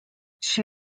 she